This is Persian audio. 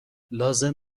لازم